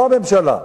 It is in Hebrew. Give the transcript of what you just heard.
לא הממשלה.